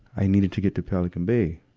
i needed to get to pelican bay.